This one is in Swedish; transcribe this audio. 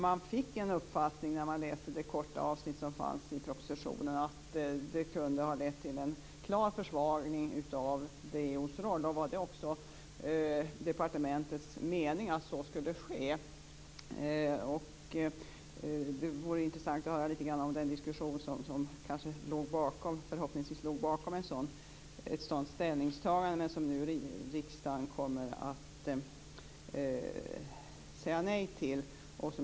Man fick en uppfattning, när man läste det korta avsnitt som fanns i propositionen, att det kunde ha lett till en klar försvagning av DO:s roll. Var det också departementets mening att så skulle ske? Det vore intressant att höra litet grand om den diskussion som förhoppningsvis låg bakom ett sådant ställningstagande, vilket riksdagen nu kommer att säga nej till.